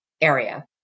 area